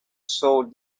sword